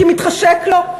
כי מתחשק לו.